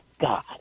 God